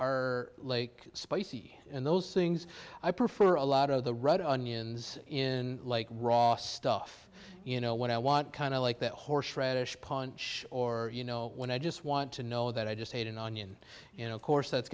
like spicy and those things i prefer a lot of the red onions in like raw stuff you know what i want kind of like that horseradish paunch or you know when i just want to know that i just ate an onion you know of course that's